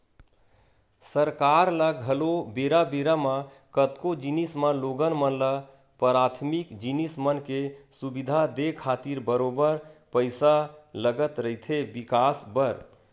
सरकार ल घलो बेरा बेरा म कतको जिनिस म लोगन मन ल पराथमिक जिनिस मन के सुबिधा देय खातिर बरोबर पइसा लगत रहिथे बिकास बर